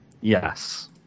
Yes